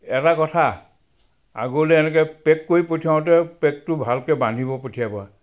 এটা কথা আগলৈ এনেকৈ পেক কৰি পঠিয়াওঁতেও পেকটো ভালকৈ বান্ধি পঠিয়াবা